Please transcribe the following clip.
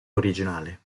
originale